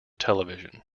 television